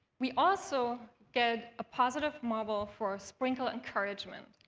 we also get a positive marble for sprinkle encouragement,